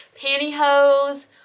pantyhose